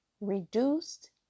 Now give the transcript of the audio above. reduced